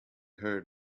heard